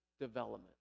development